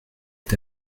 est